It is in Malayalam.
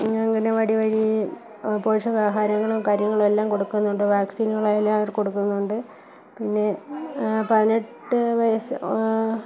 അംഗനവാടി വഴി പോഷകാഹാരങ്ങളും കാര്യങ്ങളും എല്ലാം കൊടുക്കുന്നുണ്ട് വാക്സിനുകളെല്ലാം അവർ കൊടുക്കുന്നുണ്ട് പിന്നെ പതിനെട്ട് വയസ്സ്